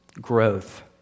growth